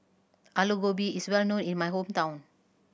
Aloo Gobi is well known in my hometown